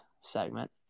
segment